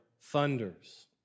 thunders